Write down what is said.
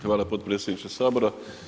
Hvala potpredsjedniče Sabora.